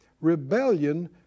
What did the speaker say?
rebellion